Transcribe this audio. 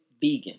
vegan